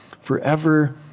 forever